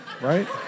Right